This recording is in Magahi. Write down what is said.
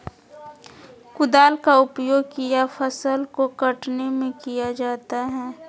कुदाल का उपयोग किया फसल को कटने में किया जाता हैं?